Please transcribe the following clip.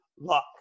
luck